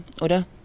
oder